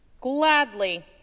Gladly